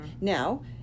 Now